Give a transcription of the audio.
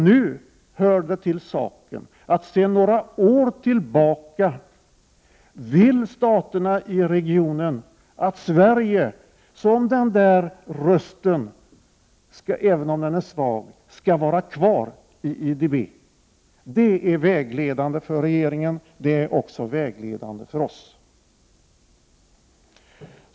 Nu hör det till saken att sedan några år tillbaka vill staterna i regionen att Sverige med sin röst, även om den är svag, skall vara kvar i IDB. Det är vägledande för regeringen. Det är också vägledande för oss.